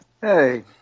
Hey